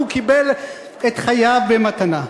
והוא קיבל את חייו במתנה.